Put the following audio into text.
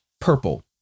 purple